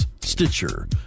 Stitcher